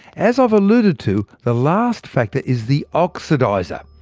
as i have alluded to, the last factor is the oxidizer.